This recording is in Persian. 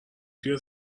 توی